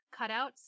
cutouts